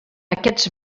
aquests